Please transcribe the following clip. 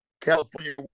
California